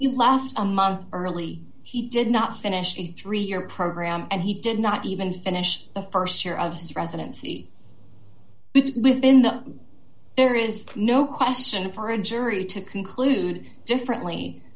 you left a month early he did not finish the three year program and he did not even finish the st year of his residency but within the there is no question for a jury to conclude differently